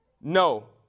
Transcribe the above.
No